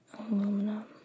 Aluminum